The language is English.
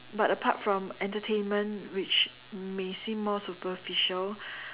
but apart from entertainment which may seem more superficial